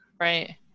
Right